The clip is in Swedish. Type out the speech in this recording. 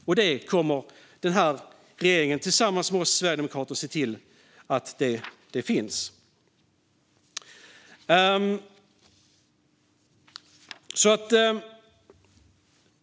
Den här regeringen kommer tillsammans med oss sverigedemokrater att se till att det finns ett sådant.